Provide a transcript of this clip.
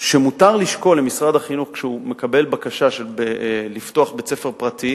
שמותר למשרד החינוך לשקול כשהוא מקבל בקשה לפתוח בית-ספר פרטי: